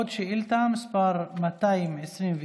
עוד שאילתה, מס' 221: